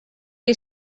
you